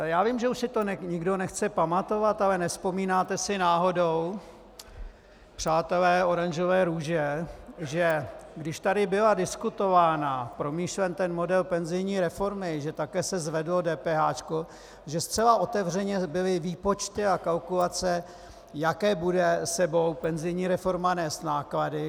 Já vím, že už si to nikdo nechce pamatovat, ale nevzpomínáte si náhodou, přátelé oranžové růže, že když tady byl diskutován, promýšlen ten model penzijní reformy, že se také zvedlo DPH, že zcela otevřeně byly výpočty a kalkulace, jaké bude s sebou penzijní reforma nést náklady?